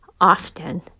often